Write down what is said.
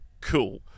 cool